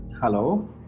hello